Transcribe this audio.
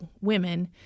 women